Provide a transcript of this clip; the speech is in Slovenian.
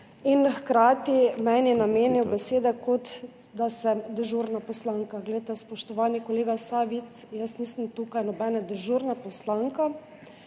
in hkrati meni namenil besede, kot da sem dežurna poslanka. Spoštovani kolega Savic, jaz nisem tukaj nobena dežurna poslanka.